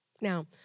Now